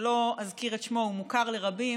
שלא אזכיר את שמו, הוא מוכר לרבים,